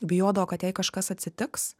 bijodavo kad jai kažkas atsitiks